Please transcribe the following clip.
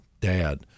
dad